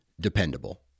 dependable